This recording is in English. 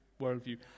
worldview